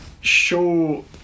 show